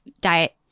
diet